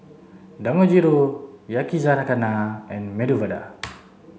Dangojiru Yakizakana and Medu Vada